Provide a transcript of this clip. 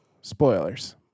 spoilers